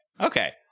Okay